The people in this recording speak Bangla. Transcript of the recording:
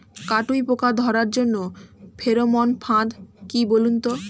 কাটুই পোকা ধরার জন্য ফেরোমন ফাদ কি বলুন তো?